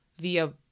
via